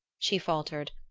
she faltered,